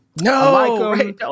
no